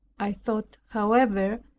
i thought, however,